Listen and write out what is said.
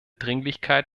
dringlichkeit